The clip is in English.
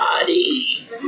body